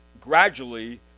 gradually